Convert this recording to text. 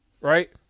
Right